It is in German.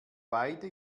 weide